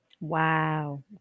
wow